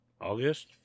August